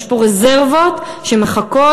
יש פה רזרבות שמחכות,